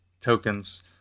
tokens